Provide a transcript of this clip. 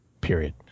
period